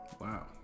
Wow